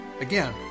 Again